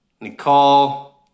Nicole